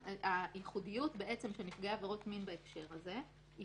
הייחודיות של נפגעי עבירות מין בהקשר הזה היא